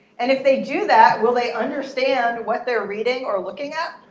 and if they do that, will they understand what they're reading or looking at?